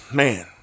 man